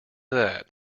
that